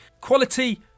quality